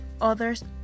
others